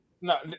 No